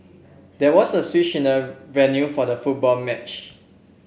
there was a switch in the venue for the football match